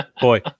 boy